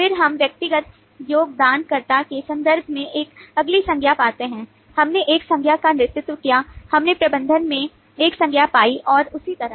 फिर हम व्यक्तिगत योगदानकर्ता के संदर्भ में एक अगली संज्ञा पाते हैं हमने एक संज्ञा का नेतृत्व किया हमने प्रबंधक में एक संज्ञा पाई और इसी तरह